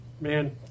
man